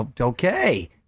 Okay